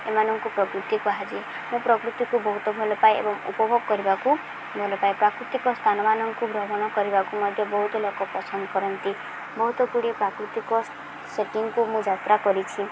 ଏମାନଙ୍କୁ ପ୍ରକୃତି କୁହାଯାଏ ମୁଁ ପ୍ରକୃତିକୁ ବହୁତ ଭଲପାଏ ଏବଂ ଉପଭୋଗ କରିବାକୁ ଭଲପାାଏ ପ୍ରାକୃତିକ ସ୍ଥାନମାନଙ୍କୁ ଭ୍ରମଣ କରିବାକୁ ମଧ୍ୟ ବହୁତ ଲୋକ ପସନ୍ଦ କରନ୍ତି ବହୁତ ଗୁଡ଼ିଏ ପ୍ରାକୃତିକ ସେଟିଙ୍ଗକୁ ମୁଁ ଯାତ୍ରା କରିଛି